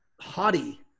haughty